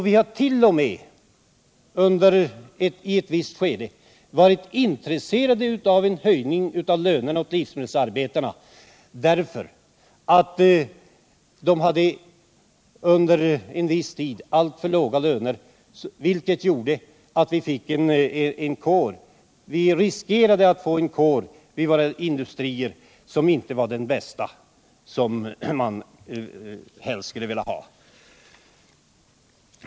Vi har t.o.m. i ett visst skede varit intresserade av en höjning av lönerna för livsmedelsarbetarna därför att de under en viss tid hade för låga löner, vilket gjorde att vi riskerade att vid våra industrier få en livsmedelsarbetarkår som inte var den bästa eller den som man helst skulle vilja ha.